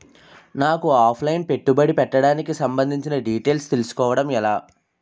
నాకు offline పెట్టుబడి పెట్టడానికి సంబందించిన డీటైల్స్ తెలుసుకోవడం ఎలా?